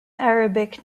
arabic